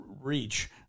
reach